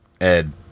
Ed